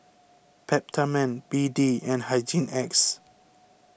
Peptamen B D and Hygin X